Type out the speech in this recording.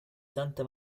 santa